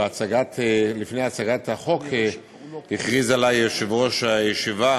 בהצגת לפני הצגת החוק הכריז עלי יושב-ראש הישיבה